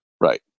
right